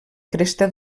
cresta